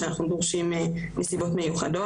שאנחנו דורשים נסיבות מיוחדות.